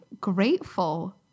grateful